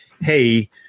Hey